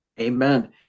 Amen